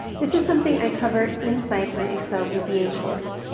this is something i covered inside my excel vba course.